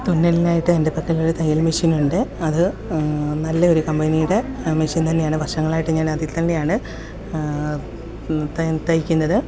തുന്നലിനായിട്ട് എൻ്റെ പക്കലൊരു തയ്യൽ മെഷ്യൻ ഉണ്ട് അത് നല്ല ഒരു കമ്പനിയുടെ മെഷ്യൻ തന്നെയാണ് വർഷങ്ങളായിട്ട് ഞാനതിൽ തന്നെയാണ് തയിക്കുന്നത്